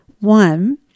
One